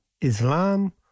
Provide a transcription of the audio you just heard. Islam